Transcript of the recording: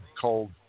called